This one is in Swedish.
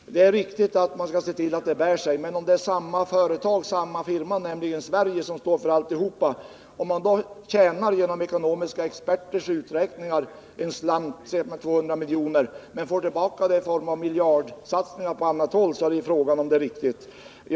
Det är riktigt att man bör se till att verksamheten bär sig, men om det är samma företag, samma firma, nämligen Sverige, som står för alltihop, och om det företaget enligt ekonomiska experters uträkningar förlorar en slant, exempelvis 200 miljoner, men får tillbaka pengar i form av miljardsatsningar på annat håll, är det väl fråga om huruvida det resonemanget är riktigt eller inte.